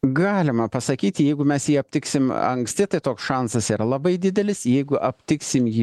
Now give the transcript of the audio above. galima pasakyti jeigu mes jį aptiksim anksti tai toks šansas yra labai didelis jeigu aptiksim jį